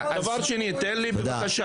דבר שני, תן לי, בבקשה.